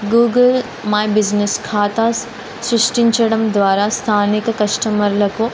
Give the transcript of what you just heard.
Google my business ఖాతా సృష్టించడం ద్వారా స్థానిక కస్టమర్లకు